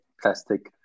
plastic